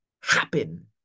happen